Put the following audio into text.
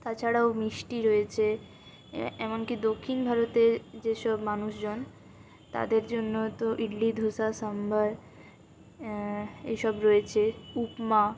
তাছাড়াও মিষ্টি রয়েছে এমনকি দক্ষিণ ভারতের যেসব মানুষজন তাদের জন্য তো ইডলি ধোসা সাম্বার এইসব রয়েছে উপমা